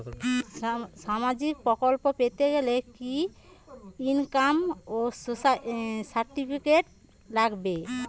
সামাজীক প্রকল্প পেতে গেলে কি ইনকাম সার্টিফিকেট লাগবে?